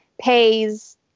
Pays